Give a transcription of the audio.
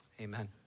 amen